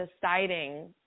deciding